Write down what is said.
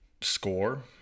score